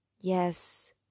yes